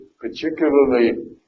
particularly